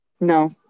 No